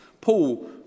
Paul